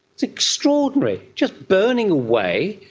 it's extraordinary, just burning away,